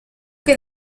que